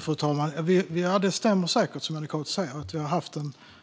Fru talman! Det stämmer säkert, det som Jonny Cato säger, att vi har haft